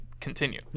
continue